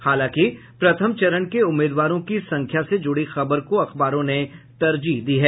हालांकि प्रथम चरण के उम्मीदवारों की संख्या से जूड़ी खबर को अखबारों ने तरजीह दी है